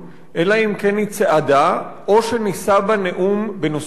אם כן היא צעדה או שנישא בה נאום בנושא מדיני.